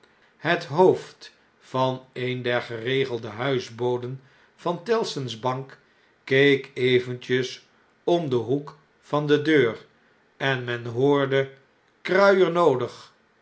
het hoofd van een der geregelde huisboden van tellson's bank keek eventjes omdenhoek van de deur en men hoorde kruier noodig